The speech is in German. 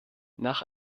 nach